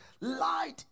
Light